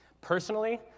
Personally